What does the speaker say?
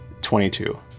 22